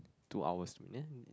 two hours there it's